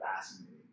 fascinating